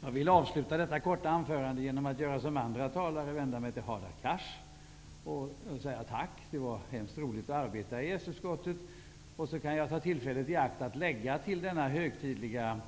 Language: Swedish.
Jag vill avsluta detta korta anförande genom att göra som andra talare och vända mig till Hadar Cars och tacka. Det ver hemskt roligt att arbeta i EES-utskottet. Jag kan ta tillfället i akt att till denna högtidliga